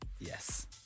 Yes